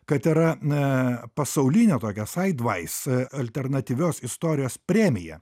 kad yra a pasaulinė tokia saidvais alternatyvios istorijos premija